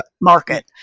market